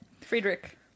Friedrich